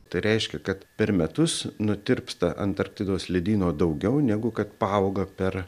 tai reiškia kad per metus nutirpsta antarktidos ledyno daugiau negu kad paauga per